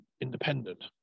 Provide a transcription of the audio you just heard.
independent